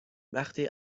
وقتی